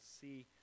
see